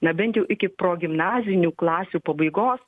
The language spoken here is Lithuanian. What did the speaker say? na bent jau iki progimnazinių klasių pabaigos